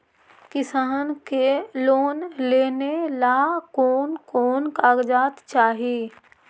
किसान के लोन लेने ला कोन कोन कागजात चाही?